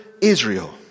Israel